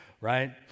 right